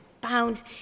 bound